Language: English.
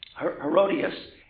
Herodias